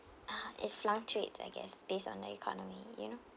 ugh it fluctuates I guess based on the economy you know